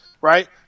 right